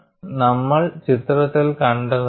അതും നമ്മൾ ചിത്രത്തിൽ കണ്ടതാണ്